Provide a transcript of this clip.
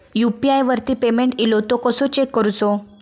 UPI वरती payment इलो तो कसो चेक करुचो?